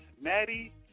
Maddie